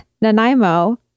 Nanaimo